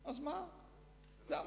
אז מה, זה המצב.